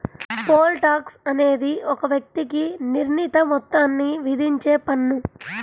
pole tax అనేది ఒక వ్యక్తికి నిర్ణీత మొత్తాన్ని విధించే పన్ను